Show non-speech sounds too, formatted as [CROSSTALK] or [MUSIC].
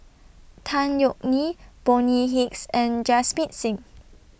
Tan Yeok Nee Bonny Hicks and [UNINTELLIGIBLE] Singh